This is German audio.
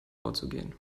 vorzugehen